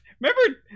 remember